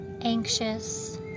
anxious